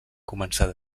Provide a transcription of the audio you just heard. començar